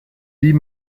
wie